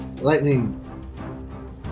Lightning